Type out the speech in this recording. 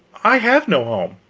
i have no home.